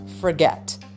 forget